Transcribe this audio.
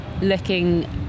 looking